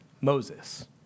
Moses